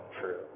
true